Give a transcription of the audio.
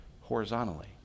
horizontally